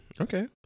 Okay